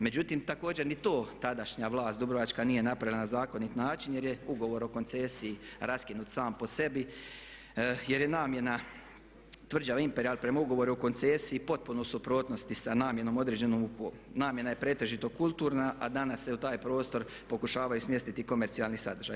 Međutim, također ni to tadašnja vlast dubrovačka nije napravila na zakonit način jer je ugovor o koncesiji raskinut sam po sebi jer je namjena tvrđave imperijalan prema ugovoru o koncesiji potpuno u suprotnosti sa namjenom određenom, namjena je pretežito kulturna a danas se u taj prostor pokušavaju smjestiti komercijalni sadržaji.